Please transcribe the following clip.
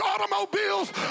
automobiles